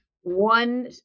one